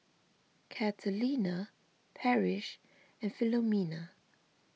Catalina Parrish and Philomena